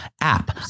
app